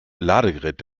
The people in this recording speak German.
ladegerät